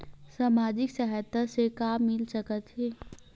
सामाजिक सहायता से का मिल सकत हे?